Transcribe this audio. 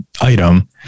item